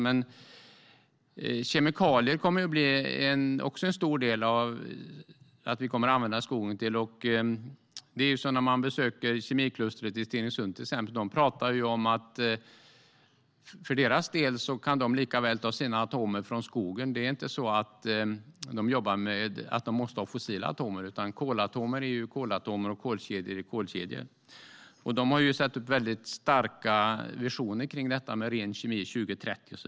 Men vi kommer också till stor del att använda skogen till kemikalier. När man till exempel besöker kemiklustret i Stenungsund säger de att för deras del kan de lika väl ta sina atomer från skogen. Det är inte så att de måste ha fossila atomer, för kolatomer är kolatomer, och kolkedjor är kolkedjor. De har väldigt starka visioner om ren kemi till 2030.